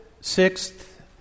sixth